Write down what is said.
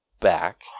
back